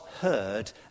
heard